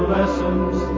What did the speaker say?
Lessons